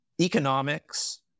economics